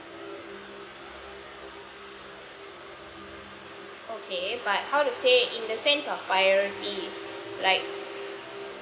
okay but how to say in the sense of priority like